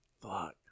Fuck